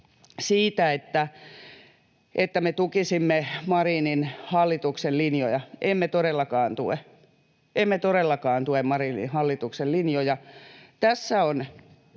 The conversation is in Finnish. siitä, että me tukisimme Marinin hallituksen linjoja. Emme todellakaan tue — emme todellakaan tue Marinin hallituksen linjoja. Tässä on